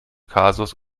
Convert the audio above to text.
kasus